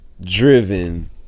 driven